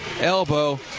elbow